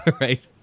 right